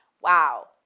wow